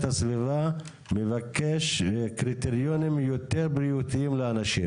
הסביבה מבקש קריטריונים יותר בריאותיים לאנשים.